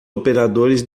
operadores